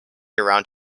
around